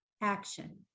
action